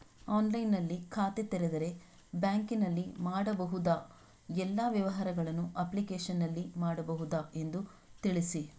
ಆನ್ಲೈನ್ನಲ್ಲಿ ಖಾತೆ ತೆರೆದರೆ ಬ್ಯಾಂಕಿನಲ್ಲಿ ಮಾಡಬಹುದಾ ಎಲ್ಲ ವ್ಯವಹಾರಗಳನ್ನು ಅಪ್ಲಿಕೇಶನ್ನಲ್ಲಿ ಮಾಡಬಹುದಾ ಎಂದು ತಿಳಿಸಿ?